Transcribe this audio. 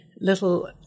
little